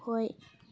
ꯍꯣꯏ